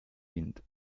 wind